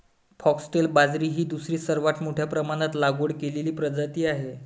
foxtail बाजरी ही दुसरी सर्वात मोठ्या प्रमाणात लागवड केलेली प्रजाती आहे